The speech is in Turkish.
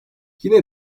yine